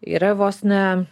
yra vos ne